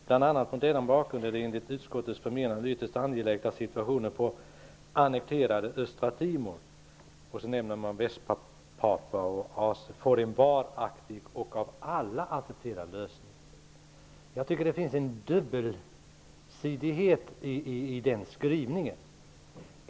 Bl.a. mot denna bakgrund är det enligt utskottets förmenande ytterst angeläget att situationen på annekterade Östra Timor'' -- man nämner även Västpapua och Aceh -- ''får en varaktig och av alla accepterad lösning.'' Det finns en dubbelhet i den skrivningen.